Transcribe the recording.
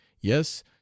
Yes